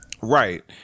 Right